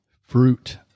Fruit